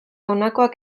honakoak